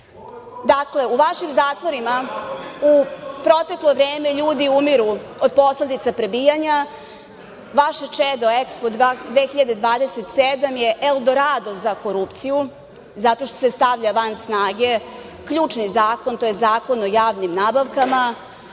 redom.U vašim zatvorima u proteklo vreme ljudi umiru od posledica prebijanja. Vaše čedo, EKSPO 2027. je Eldorado za korupciju zato što se stavlja van snage ključni zakon, Zakon o javnim nabavkama.